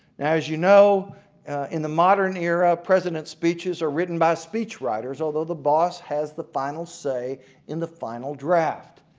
now as you know in the modern era president speeches are written by speechwriters although the boss has the final say in the final draft.